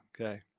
Okay